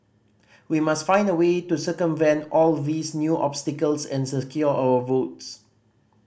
we must find a way to circumvent all these new obstacles and secure our votes